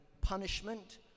punishment